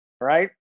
right